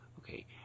Okay